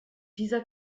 dieser